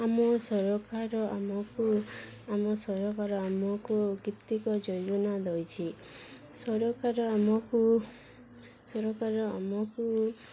ଆମ ସରକାର ଆମକୁ ଆମ ସରକାର ଆମକୁ କେତେକ ଯୋଜନା ଦେଉଛି ସରକାର ଆମକୁ ସରକାର ଆମକୁ